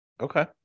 Okay